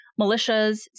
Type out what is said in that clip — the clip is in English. militias